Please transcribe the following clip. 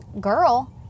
girl